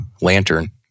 lantern